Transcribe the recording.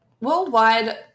worldwide